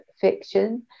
fiction